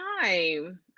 time